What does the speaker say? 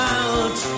out